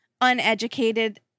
uneducated